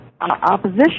opposition